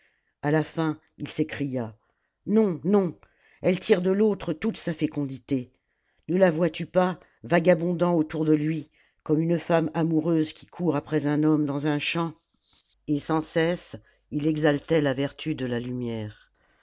a la fin il s'écria non non elle tire de l'autre toute sa fécondité ne la vois-tu pas vagabondant autour de lui comme une femme amoureuse qui court après un homme dans un champ et sans cesse il exaltait la vertu de la lumière